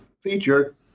feature